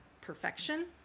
perfection